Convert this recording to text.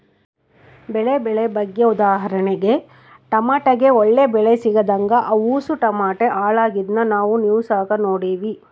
ಬೆಳೆ ಬೆಲೆ ಬಗ್ಗೆ ಉದಾಹರಣೆಗೆ ಟಮಟೆಗೆ ಒಳ್ಳೆ ಬೆಲೆ ಸಿಗದಂಗ ಅವುಸು ಟಮಟೆ ಹಾಳಾಗಿದ್ನ ನಾವು ನ್ಯೂಸ್ನಾಗ ನೋಡಿವಿ